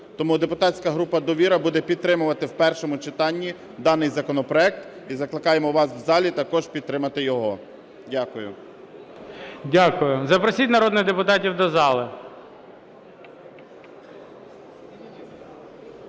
Тому депутатська група "Довіра" буде підтримувати в першому читанні даний законопроект і закликаємо вас в залі також підтримати його. Дякую. ГОЛОВУЮЧИЙ. Дякую. Запросіть народних депутатів до зали.